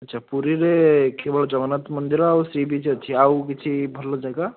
ଆଚ୍ଛା ପୁରୀରେ କେବଳ ଜଗନ୍ନାଥ ମନ୍ଦିର ଆଉ ସି ବିଚ୍ ଆଉ କିଛି ଭଲ ଜାଗା